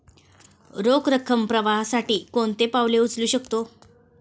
रोख रकम प्रवाहासाठी कोणती पावले उचलू शकतो?